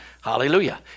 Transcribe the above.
Hallelujah